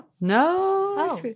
No